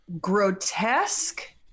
grotesque